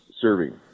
serving